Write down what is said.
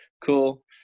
Cool